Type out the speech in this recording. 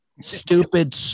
stupid